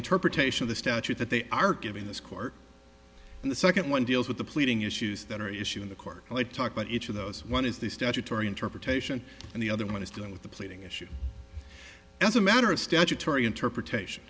interpretation of the statute that they are giving this court and the second one deals with the pleading issues that are issue in the court i talk about each of those one is the statutory interpretation and the other one is dealing with the pleading issue as a matter of statutory interpretation